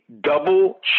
double